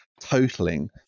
totaling